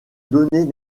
donner